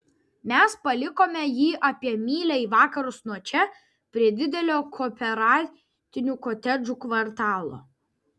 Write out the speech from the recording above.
mes palikome jį apie mylią į vakarus nuo čia prie didelio kooperatinių kotedžų kvartalo